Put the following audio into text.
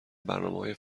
برنامههای